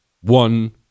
One